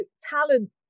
talent